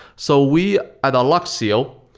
so we at alluxio,